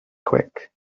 quick